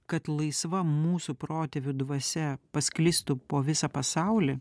kad laisva mūsų protėvių dvasia pasklistų po visą pasaulį